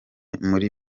muri